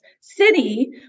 city